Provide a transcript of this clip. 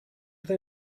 they